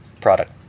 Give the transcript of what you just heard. product